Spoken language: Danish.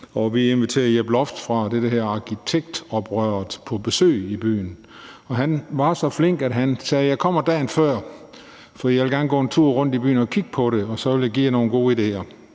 Vi inviterede Jep Loft fra det, der hedder Arkitektoprøret, på besøg i byen. Og han var så flink, at han sagde: Jeg kommer dagen før, for jeg vil gerne gå en tur rundt i byen og kigge på det, og så vil jeg give jer nogle gode idéer.